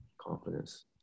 confidence